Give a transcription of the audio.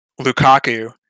lukaku